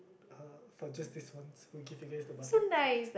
uh for just this once we'll give you the butter